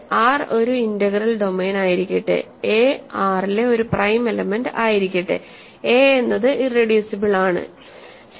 R ഒരു integral ഡൊമെയ്നായിരിക്കട്ടെ a R ലെ ഒരു പ്രൈം എലെമെന്റ് ആയിരിക്കട്ടെ a എന്നത് ഇറെഡ്യൂസിബിൾ ആണ് ശരി